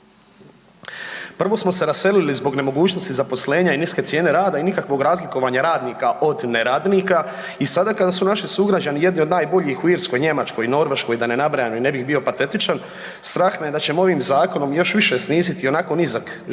Prvo smo se raselili zbog nemogućnosti zaposlenja i niske cijene rade i nikakvog razlikovanja radnika od neradnika i sada kada su naši sugrađani jedni od najboljih u Irskoj, Njemačkoj i Norveškoj, da ne nabrajam i ne bih bio patetičan, strah me je da ćemo ovim zakonom još više sniziti ionako nizak životni